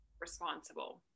responsible